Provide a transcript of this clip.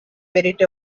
merit